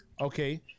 Okay